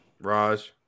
Raj